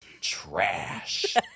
trash